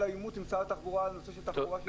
היה לו עימות עם משרד התחבורה על הנושא של תחבורה שיתופית.